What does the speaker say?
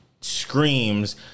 screams